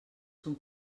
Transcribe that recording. són